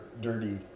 dirty